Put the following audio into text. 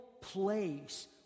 place